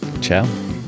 Ciao